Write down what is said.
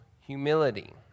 humility